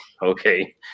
Okay